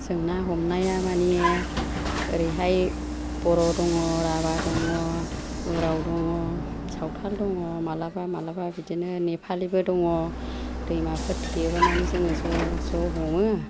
जों ना हमनाया मानि ओरैहाय बर' दङ राभा दङ उराव दङ सावथाल दङ मालाबा मालाबा बिदिनो नेपालिबो दङ दैमाफोर थेयोबा मानि जोङो ज' ज' हमो